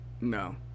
No